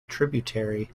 tributary